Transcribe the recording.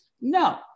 No